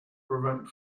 prevent